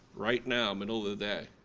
right now, middle of the day.